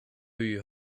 you